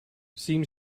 seems